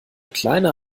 kleine